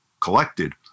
collected